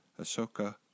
Ahsoka